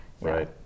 right